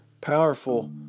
powerful